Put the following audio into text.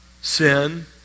sin